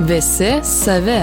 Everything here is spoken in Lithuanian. visi savi